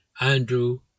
Andrew